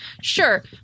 sure